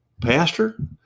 Pastor